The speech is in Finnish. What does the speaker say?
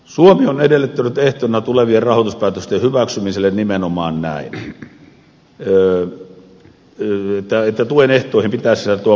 suomi on edellyttänyt ehtona tulevien rahoituspäätösten hyväksymiselle nimenomaan sitä että tuen ehtoihin pitäisi sisältyä vakuudet